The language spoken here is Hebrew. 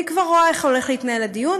אני כבר רואה איך הולך להתנהל הדיון,